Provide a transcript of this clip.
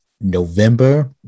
November